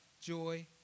joy